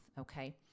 Okay